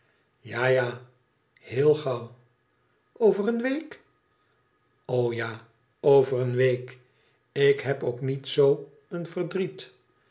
ja ja heel gauw over een week o ja over een week ik heb ook niet zoo een verdriet